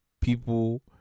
people